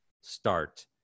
start